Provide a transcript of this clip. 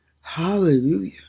Hallelujah